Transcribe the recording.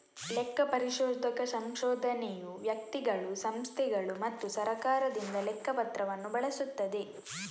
ಲೆಕ್ಕ ಪರಿಶೋಧಕ ಸಂಶೋಧನೆಯು ವ್ಯಕ್ತಿಗಳು, ಸಂಸ್ಥೆಗಳು ಮತ್ತು ಸರ್ಕಾರದಿಂದ ಲೆಕ್ಕ ಪತ್ರವನ್ನು ಬಳಸುತ್ತದೆ